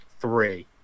three